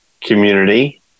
community